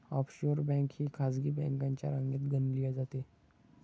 offshore bank ही खासगी बँकांच्या रांगेत गणली जाते